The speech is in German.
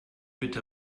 bitte